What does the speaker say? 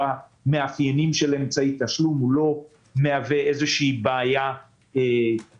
המאפיינים של אמצעי תשלום הוא לא מהווה איזו בעיה כלפי